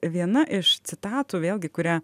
viena iš citatų vėlgi kurią